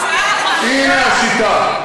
הינה השיטה,